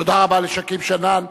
תודה רבה לשכיב שנאן.